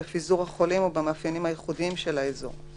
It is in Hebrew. בפיזור החולים ובמאפיינים הייחודיים של האזור.